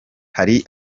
hari